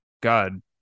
God